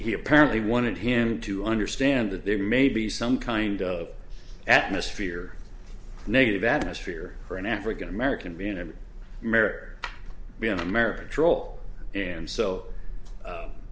he apparently wanted him to understand that there may be some kind of atmosphere negative atmosphere for an african american being in america be america troll and so